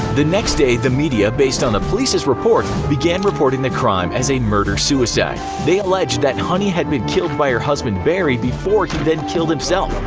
the next day the media, based on the police's report, began reporting the crime as a murder-suicide. they alleged that and honey had been killed by her husband barry before he then killed himself.